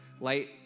light